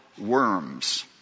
Worms